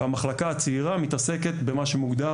והמחלקה הצעירה מתעסקת במה שמוגדר